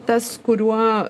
tas kuriuo